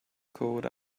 code